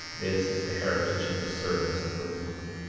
this is the heritage of the servants of the lord,